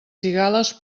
cigales